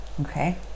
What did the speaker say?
Okay